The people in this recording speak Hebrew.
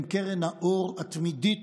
הם קרן האור התמידית.